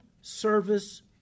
service